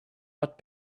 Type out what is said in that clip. but